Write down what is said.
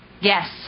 Yes